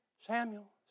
Samuel